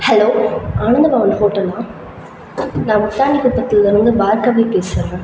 hello Anandbhavan ஹோட்டலா நான் முட்டாணி குப்பத்தில் இருந்து பார்கவி பேசுகிறேன்